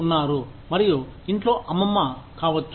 మరియు ఇంట్లో అమ్మమ్మ కావచ్చు